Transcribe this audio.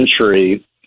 century